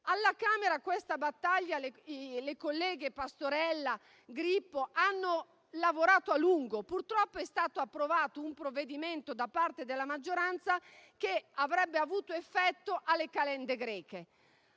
Alla Camera su questa battaglia le colleghe Pastorella e Grippo hanno lavorato a lungo. Purtroppo è stato approvato un provvedimento da parte della maggioranza che avrebbe avuto effetto alle calende greche.